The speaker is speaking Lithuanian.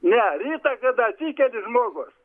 ne rytą kada atsikeli žmogus